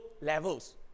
levels